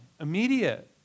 immediate